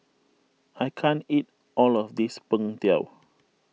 I can't eat all of this Png Tao